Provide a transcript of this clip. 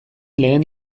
lehen